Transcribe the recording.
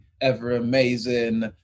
ever-amazing